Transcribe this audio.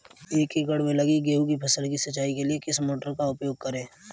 एक एकड़ में लगी गेहूँ की फसल की सिंचाई के लिए किस मोटर का उपयोग करें?